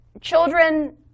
children